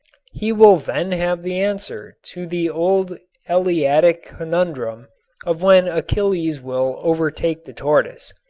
he will then have the answer to the old eleatic conundrum of when achilles will overtake the tortoise.